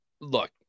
look